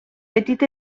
petit